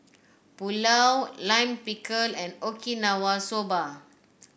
Pulao Lime Pickle and Okinawa Soba